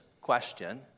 question